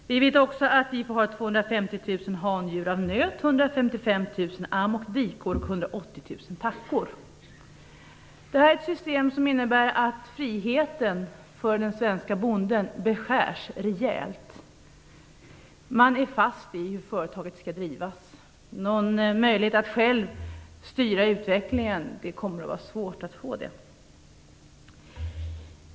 Vi får ha 250 000 handjur av nöt, 155 000 am och dikor och 180 000 tackor. Det här är ett system som innebär att friheten för den svenske bonden beskärs rejält. Han är fast i hur företaget skall drivas. Det kommer att vara svårt att få någon möjlighet att själv styra utvecklingen.